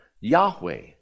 Yahweh